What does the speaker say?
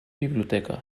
biblioteca